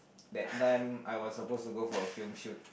that time I was supposed to go for a film shoot